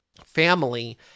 family